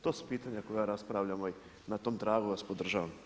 To su pitanja koja raspravljamo i na tom tragu vas podržavam.